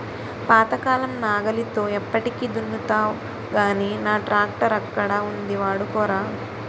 పాతకాలం నాగలితో ఎప్పటికి దున్నుతావ్ గానీ నా ట్రాక్టరక్కడ ఉంది వాడుకోరా